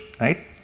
right